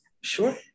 Sure